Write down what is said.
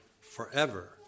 forever